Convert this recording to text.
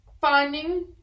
Finding